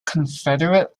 confederate